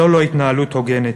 זו לא התנהלות הוגנת.